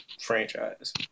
franchise